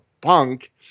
Punk